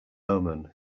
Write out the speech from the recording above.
omen